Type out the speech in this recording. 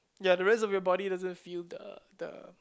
ya the rest of your body doesn't feel the the